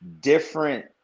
different